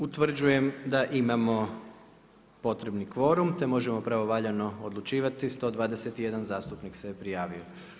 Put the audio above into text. Utvrđujem da imamo potrebni kvorum, te možemo pravovaljano odlučivati 121 zastupnik se prijavio.